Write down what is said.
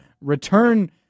return